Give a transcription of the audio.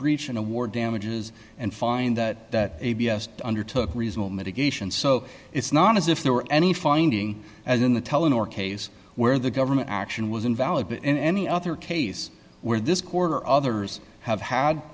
breach in a war damages and find that a b s undertook reasonable mitigation so it's not as if there were any finding as in the telling or case where the government action was invalid but in any other case where this quarter others have had